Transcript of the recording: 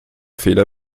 fehler